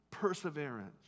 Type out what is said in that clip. perseverance